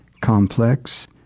complex